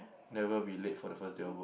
never be late for the first day of work